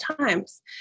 times